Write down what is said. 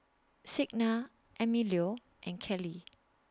Signa Emilio and Kelli